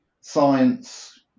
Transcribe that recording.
science